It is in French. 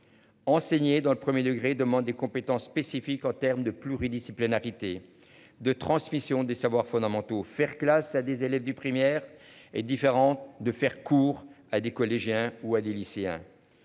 Enseigner dans le 1er degré, demande des compétences spécifiques en termes de pluridisciplinarité de transmission des savoirs fondamentaux faire classe à des élèves du primaire et différent de faire cours à des collégiens ou à des lycéens.